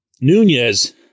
Nunez